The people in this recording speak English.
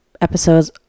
episodes